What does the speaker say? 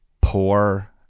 poor